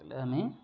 எல்லாமே